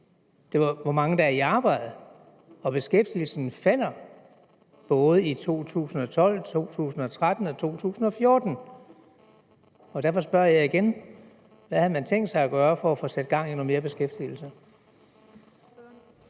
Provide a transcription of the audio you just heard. men hvor mange der er i arbejde, vi lever af. Beskæftigelsen falder både i 2012, 2013 og 2014. Og derfor spørger jeg igen, hvad man har tænkt sig at gøre for at få sat gang i noget mere beskæftigelse.